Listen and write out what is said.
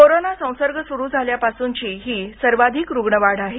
corona संसर्ग सुरू झाल्यापासूनची ही सर्वाधिक रुग्णवाढ आहे